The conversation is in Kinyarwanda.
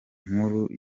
nkuru